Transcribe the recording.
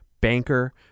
banker